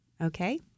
Okay